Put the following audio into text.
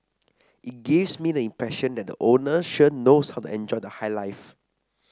it gives me the impression that the owner sure knows how to enjoy the high life